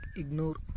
ignore